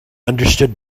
understood